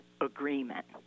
agreement